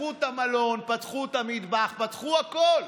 פתחו את המלון, פתחו את המטבח, פתחו הכול.